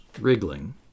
wriggling